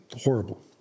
horrible